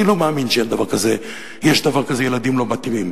אני לא מאמין שיש דבר כזה ילדים לא מתאימים,